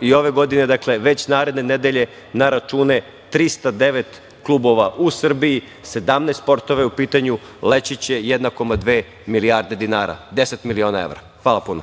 i ove godine, dakle, već naredne nedelje na račune 309 klubova u Srbiji, 17 sportova je u pitanju, leći će 1,2 milijarde dinara, 10 miliona evra. Hvala puno.